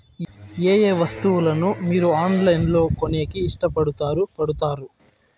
ఏయే వస్తువులను మీరు ఆన్లైన్ లో కొనేకి ఇష్టపడుతారు పడుతారు?